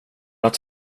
att